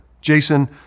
Jason